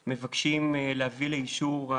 אנחנו מבקשים להביא לאישור,